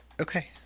Okay